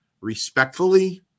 respectfully